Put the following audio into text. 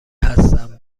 هستم